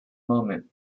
moment